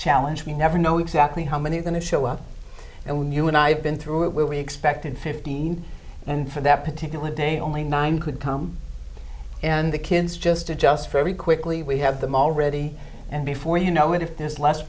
challenge we never know exactly how many are going to show up and when you and i have been through it where we expected fifteen and for that particular day only nine could come and the kids just adjust very quickly we have them already and before you know it if there's less